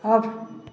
off